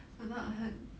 or not 很